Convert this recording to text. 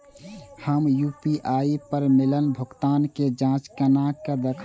हम यू.पी.आई पर मिलल भुगतान के जाँच केना देखब?